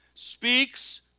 speaks